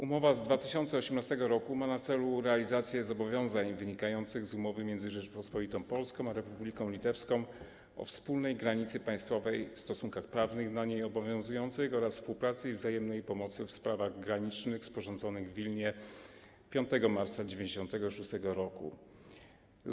Umowa z 2018 r. ma na celu realizację zobowiązań wynikających z umowy między Rzecząpospolitą Polską a Republiką Litewską o wspólnej granicy państwowej, stosunkach prawnych na niej obowiązujących oraz współpracy i wzajemnej pomocy w sprawach granicznych, sporządzonej w Wilnie 5 marca 1996 r.